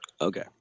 Okay